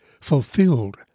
fulfilled